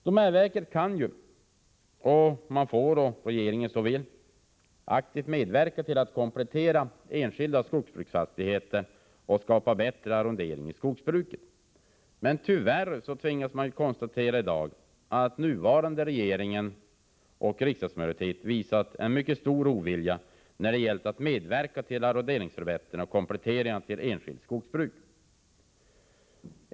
Domänverket kan, om regeringen så vill, aktivt medverka till att komplettera enskilda skogsbruksfastigheter och skapa bättre arrondering i skogsbruket. Men tyvärr tvingas man i dag konstatera att den sittande regeringen och den nuvarande riksdagsmajoriteten visat en mycket stor ovillighet när det gällt att medverka till arronderingsförbättringar och kompletteringar till enskilt jordbruk.